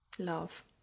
Love